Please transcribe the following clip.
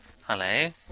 Hello